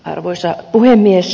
arvoisa puhemies